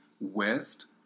west